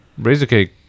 Razorcake